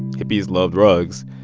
hippies loved rugs.